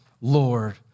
lord